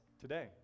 today